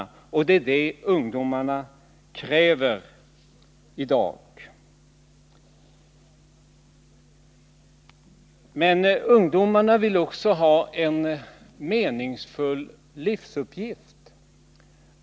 Det kräver ungdomarna i dag. Men ungdomarna vill ju också ha en meningsfull livsuppgift.